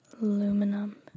Aluminum